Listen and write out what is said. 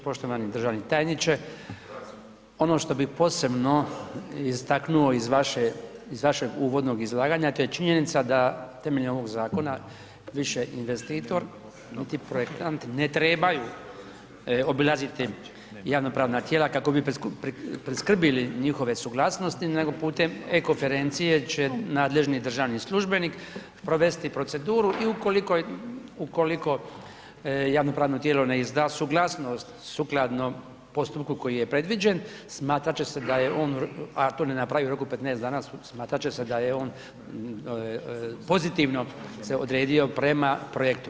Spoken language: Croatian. Poštovani državni tajniče, ono što bi posebno istaknuo iz vašeg uvodnog izlaganja, to je činjenica da temeljem ovog zakona više investitor niti projektant ne trebaju obilaziti javno-pravna tijela kako bi priskrbili njihove suglasnosti nego putem e-konferencije će nadležni državni službenik provesti proceduru i ukoliko javno-pravno tijelo ne izda suglasnost postupku koji je predviđen, smatrat će se da je on ako to ne napravi u roku 15 dana, smatrat će se da je on pozitivno se odredio prema projektu.